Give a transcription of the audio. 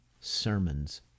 sermons